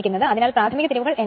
അതിനാൽ പ്രാഥമിക തിരിവുകൾ N1